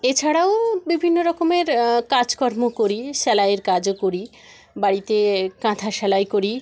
এছাড়াও বিভিন্ন রকমের কাজকর্ম করি সেলাইয়ের কাজও করি বাড়িতে কাঁথা সেলাই করি